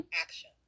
action